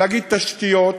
להגיד: תשתיות.